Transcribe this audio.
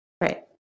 Right